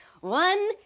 One